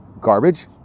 garbage